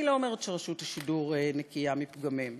אני לא אומרת שרשות השידור נקייה מפגמים,